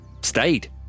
stayed